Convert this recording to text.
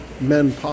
men